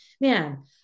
man